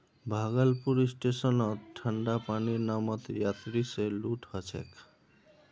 भागलपुर स्टेशनत ठंडा पानीर नामत यात्रि स लूट ह छेक